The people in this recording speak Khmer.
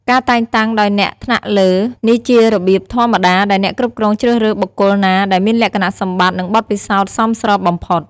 ការតែងតាំងដោយអ្នកថ្នាក់លើ នេះជារបៀបធម្មតាដែលអ្នកគ្រប់គ្រងជ្រើសរើសបុគ្គលណាដែលមានលក្ខណៈសម្បត្តិ និងបទពិសោធន៍សមស្របបំផុត។